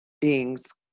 beings